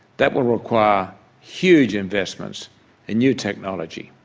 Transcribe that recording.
that will require huge investments in new technology.